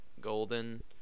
Golden